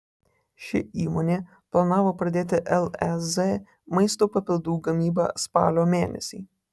ši įmonė planavo pradėti lez maisto papildų gamybą spalio mėnesį